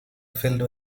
filled